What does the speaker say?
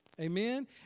Amen